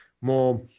more